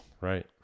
Right